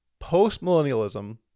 Postmillennialism